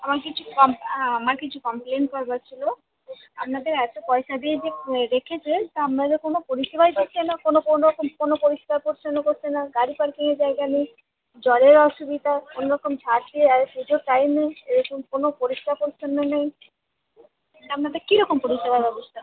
আমার কিছু কম আমার কিছু কমপ্লেন করবার ছিলো আপনাদের এতো পয়সা দিয়ে যে রেখেছে তা আপনাদের কোনো পরিষেবাই দিচ্ছেনা কোনো কোনো রকম কোনো পরিষেবা করছেন না করছেন না গাড়ি পারকিংয়ের জায়গা নেই জলের অসুবিধা কোনো রকম ঝাড় দিয়ে এই পুজোর টাইমে এরকম কোনো রকম পরিষ্কার পরিচ্ছন্ন নেই এটা আপনাদের কি রকম পরিষেবা ব্যবস্থা